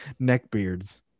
neckbeards